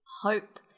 hope